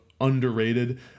underrated